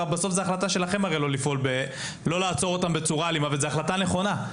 בסוף זאת החלטה שלכם הרי לא לעצור אותם בצורה אלימה וזאת החלטה נכונה.